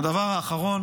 הדבר האחרון